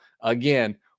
again